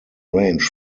range